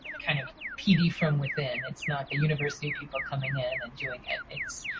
kind of pd from within. it's not the university people coming in and doing it, it's